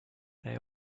they